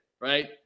right